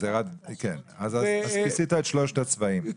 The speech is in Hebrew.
אז כיסית את שלושת הצבעים.